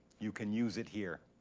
you can use it here.